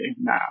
now